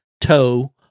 toe